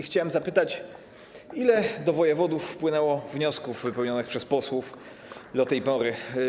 Chciałbym zapytać, ile do wojewodów wpłynęło wniosków wypełnionych przez posłów do tej pory.